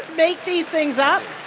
make these things up?